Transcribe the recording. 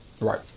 Right